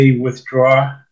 withdraw